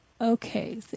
Okay